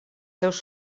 seus